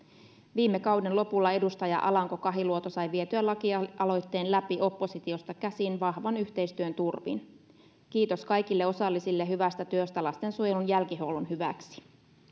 viime kauden lopulla edustaja alanko kahiluoto sai vietyä lakialoitteen läpi oppositiosta käsin vahvan yhteistyön turvin kiitos kaikille osallisille hyvästä työstä lastensuojelun jälkihuollon hyväksi